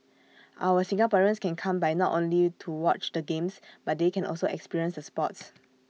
our Singaporeans can come by not only to watch the games but they can also experience the sports